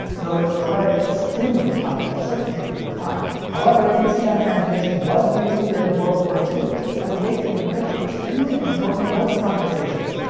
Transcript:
though it required extremely complex circuitry for the time. however, pcm transmission was used during world war two as a way to encrypt extremely important voice conversations,